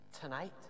tonight